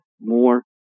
more